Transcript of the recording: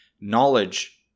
knowledge